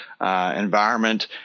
environment